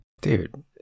Dude